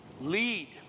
lead